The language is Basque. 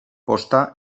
posta